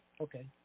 Okay